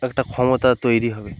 একটা ক্ষমতা তৈরি হবে